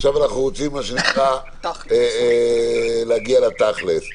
עכשיו אנחנו רוצים מה שנקרא "להגיע לתכל'ס".